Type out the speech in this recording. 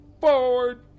Forward